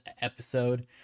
episode